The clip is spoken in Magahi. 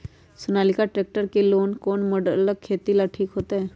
सोनालिका ट्रेक्टर के कौन मॉडल खेती ला ठीक होतै?